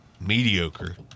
mediocre